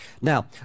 Now